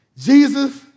Jesus